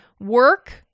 work